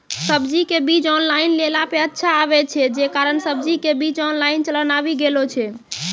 सब्जी के बीज ऑनलाइन लेला पे अच्छा आवे छै, जे कारण सब्जी के बीज ऑनलाइन चलन आवी गेलौ छै?